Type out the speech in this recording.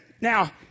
Now